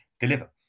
deliver